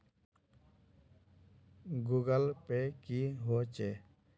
Google pay की होचे?